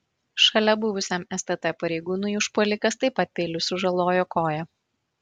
šalia buvusiam stt pareigūnui užpuolikas taip pat peiliu sužalojo koją